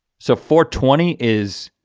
so four twenty is